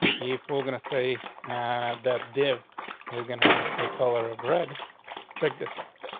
if we're gonna say that def is gonna have a color of red check this out.